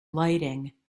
lighting